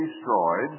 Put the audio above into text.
destroyed